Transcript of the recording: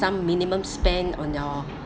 some minimum spend on your